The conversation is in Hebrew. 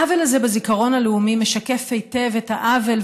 העוול הזה בזיכרון הלאומי משקף היטב את העוול